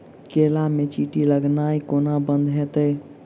केला मे चींटी लगनाइ कोना बंद हेतइ?